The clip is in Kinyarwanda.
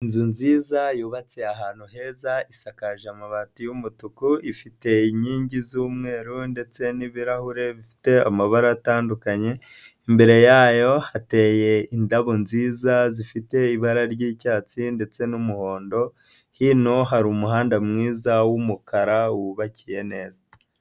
Inzu nziza yubatse ahantu heza, isakaje amabati y'umutuku, ifite inkingi z'umweru, ndetse n'ibirahure bifite amabara atandukanye, imbere yayo hateye indabo nziza, zifite ibara ry'icyatsi ndetse n'umuhondo, hino hari umuhanda mwiza w'umukara wubakiye neza.